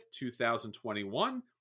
2021